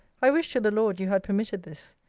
i wish to the lord you had permitted this.